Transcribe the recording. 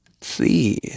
See